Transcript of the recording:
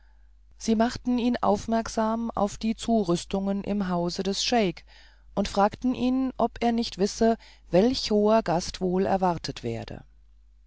sie machten ihn aufmerksam auf die zurüstungen im hause des scheik und fragten ihn ob er nicht wisse welch hoher gast wohl erwartet werde